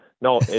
no